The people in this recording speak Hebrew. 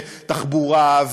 ותחבורה,